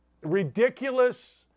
ridiculous